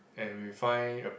and we find a